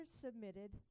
submitted